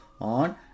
on